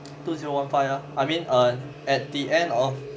two zero one five ah I mean err at the end of